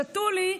שתו לי",